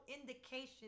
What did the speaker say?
indication